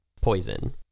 Poison